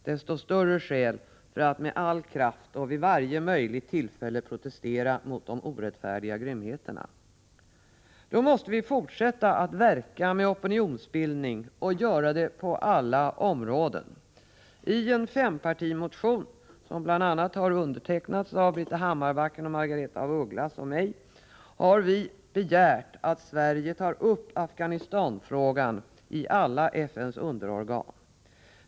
Desto större skäl för att med all kraft och vid varje möjligt tillfälle protestera mot de orättfärdiga grymheterna! Då måste vi fortsätta att verka med opinionsbildning, och göra det på alla områden. I en fempartimotion som bl.a. undertecknats av Britta Hammarbacken, Margaretha af Ugglas och mig har vi begärt att Sverige skall ta upp Afghanistanfrågan i alla FN:s underorgan.